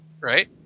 right